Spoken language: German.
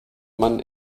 man